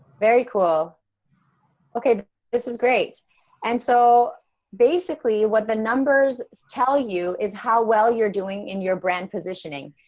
very coo l okay this is great and so basically what the numbers tell you is how well you're doing in your brand positioning.